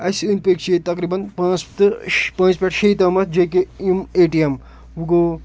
اَسہِ أنٛدۍ پٔکۍ چھِ ییٚتہِ تقریٖباً پانٛژھ تہٕ پانٛژھِ پٮ۪ٹھ شے تامَتھ جے کے یِم اے ٹی اٮ۪م وۄنۍ گوٚو